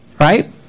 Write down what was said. right